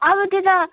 अरू त्यो त